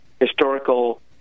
historical